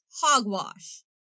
Hogwash